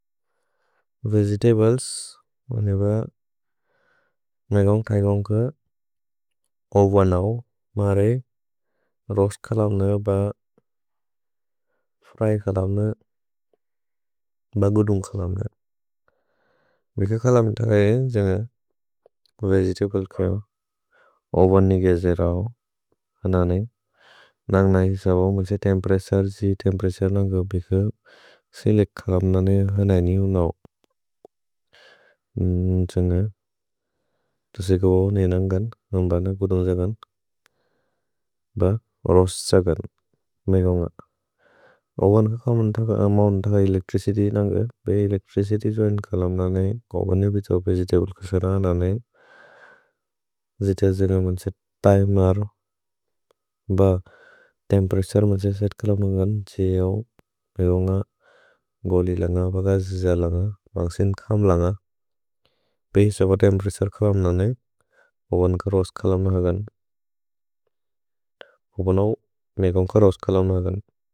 Vegetables मएगव्न्ग् तैगव्न्ग् क ओव नौ। मरे रोस् कलम्नौ ब फ्र्य् कलम्नौ, ब गुदुन्ग् कलम्नौ। वेगेतब्ले कलम्नौ, ओव नि गेजे रौ, हनने। नन्ग् नै सबव् मिस तेम्प्रेस रिसि, तेम्प्रेस नन्ग् बिक सेलिक् कलम्नौ नि हनने उ नौ। नन्ग् नै सबव् मिस तेम्प्रेस रिसि, तेम्प्रेस नन्ग् बिक सेलिक् कलम्नौ, ब गुदुन्ग् कलम्नौ, ब रोस् कलम्नौ। नन्ग् सिन् कम् लन्ग, बि सबव् तेम्प्रेस कलम्नौ नि ओवन् क रोस् कलम्नौ अगन्। उ ब नौ, मएगव्न्ग् क रोस् कलम्नौ अगन्।